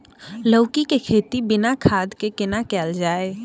लौकी के खेती बिना खाद के केना कैल जाय?